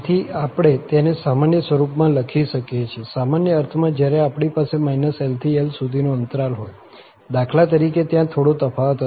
તેથી આપણે તેને સામાન્ય સ્વરૂપમાં લખી શકીએ છીએ સામાન્ય અર્થમાં જ્યારે આપણી પાસે L થી L સુધીનો અંતરાલ હોય દાખલા તરીકે ત્યારે થોડો તફાવત હશે